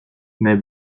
mais